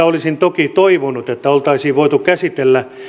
olisin toki toivonut että tässä uudistuksessa oltaisiin voitu käsitellä